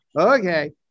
okay